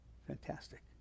Fantastic